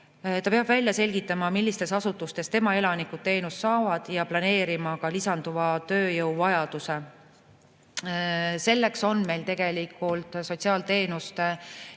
Ta peab välja selgitama, millistes asutustes tema elanikud teenust saavad, ja planeerima lisanduva tööjõuvajaduse. Selleks on meil sotsiaalteenuste